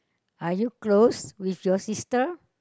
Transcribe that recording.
are you close with your sister